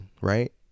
right